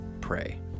pray